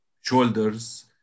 shoulders